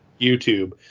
YouTube